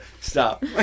Stop